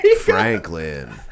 Franklin